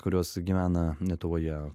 kurios gyvena lietuvoje